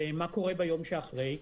ומה קורה ביום שאחרי?